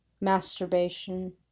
masturbation